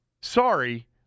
Sorry